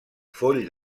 foll